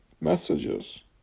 messages